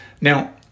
Now